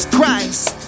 Christ